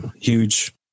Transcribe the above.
huge